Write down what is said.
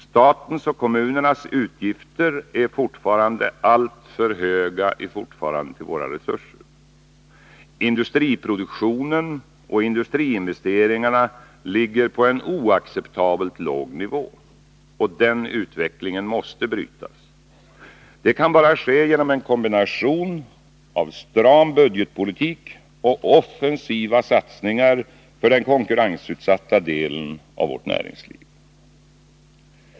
Statens och kommunernas utgifter är fortfarande alltför höga i förhållande till våra resurser. Industriproduktionen och industriinvesteringarna ligger på en oacceptabelt låg nivå. Denna utveckling måste brytas. Det kan bara ske genom en kombination av stram budgetpolitik och offensiva satsningar för den konkurrensutsatta delen av vårt näringsliv.